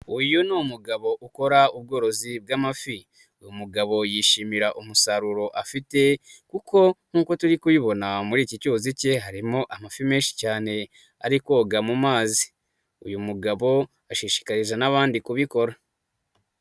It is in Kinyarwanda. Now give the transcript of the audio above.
Uyu ni umugabo ukora ubworozi bw'amafi. Uyu umugabo yishimira umusaruro afite kuko nkuko turi kubibona muri iki cyuzi cye, harimo amafi menshi cyane ari koga mu mazi. Uyu mugabo ashishikariza n'abandi kubikora.